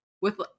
with-